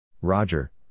Roger